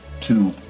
two